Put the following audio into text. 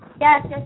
yes